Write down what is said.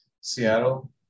Seattle